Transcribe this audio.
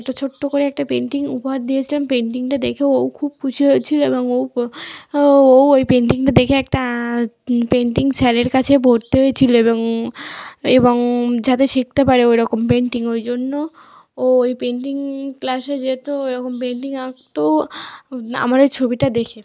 একটা ছোট্টো করে একটা পেন্টিং উপহার দিয়েছিলাম পেন্টিংটা দেখে ওউ খুব খুশি হয়েছিলো এবং ওউ ওউ ওই পেন্টিংটা দেখে একটা পেন্টিং স্যারের কাছে ভর্তি হয়েছিলো এবং এবং যাতে শিখতে পারে ওই রকম পেন্টিং ওই জন্য ও ওই পেন্টিং ক্লাসে যেতো এরকম পেন্টিং আঁকতো আমার ওই ছবিটা দেখে